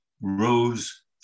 rose